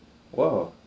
!wow!